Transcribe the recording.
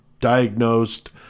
diagnosed